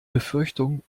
befürchtung